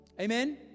Amen